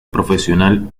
profesional